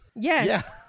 yes